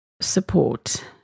support